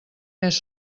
més